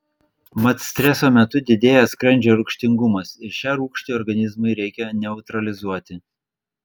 mat streso metu didėja skrandžio rūgštingumas ir šią rūgštį organizmui reikia neutralizuoti